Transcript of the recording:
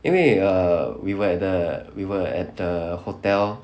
因为 err we were at the we were at the hotel